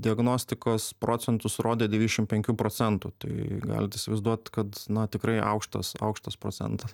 diagnostikos procentus rodė devyniašim penkių procentų tai galit įsivaizduot kad na tikrai aukštas aukštas procentas